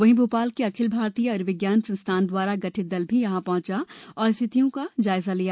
वही भोपाल के अखिल भारतीय आय्र्विज्ञान संस्थान द्वारा गठित दल भी यहां पहंचा और स्थितियों को जायजा लिया